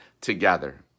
together